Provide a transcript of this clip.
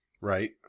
Right